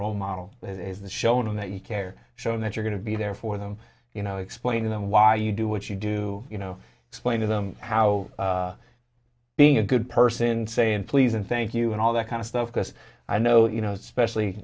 role model that is the shown in that you care show that you're going to be there for them you know explain to them why you do what you do you know explain to them how being a good person saying please and thank you and all that kind of stuff because i know you know especially